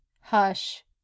HUSH